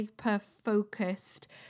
hyper-focused